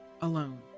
alone